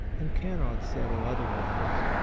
and cannot settle otherwise.